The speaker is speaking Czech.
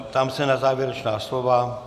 Ptám se na závěrečná slova.